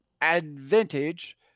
advantage